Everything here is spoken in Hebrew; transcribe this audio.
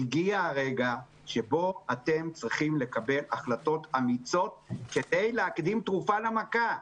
הגיע הרגע שבו אתם צריכים לקבל החלטות אמיצות כדי להקדים תרופה למכה,